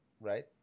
right